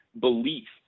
belief